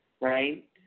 Right